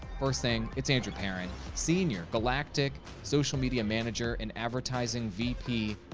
first thing, it's andrew perrin, senior galactic social media manager and advertising vp,